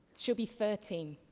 she'll be thirty.